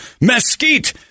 mesquite